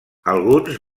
alguns